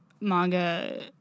manga